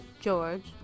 George